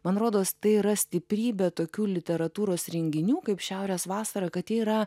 man rodos tai yra stiprybė tokių literatūros renginių kaip šiaurės vasara kad jie yra